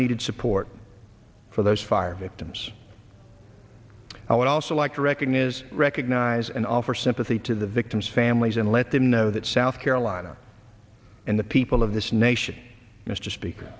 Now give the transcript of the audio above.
needed support for those fire victims i would also like to recognize recognize and offer sympathy to the victims families and let them know that south carolina and the people of this nation mr speak